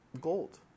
gold